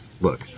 Look